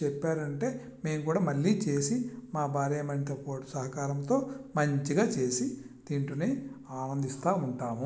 చెప్పారు అంటే మేము కూడా మళ్ళీ చేసి మా భార్యామణితో పాటు సహకారంతో మంచిగా చేసి తింటూనే ఆనందిస్తూ ఉంటాము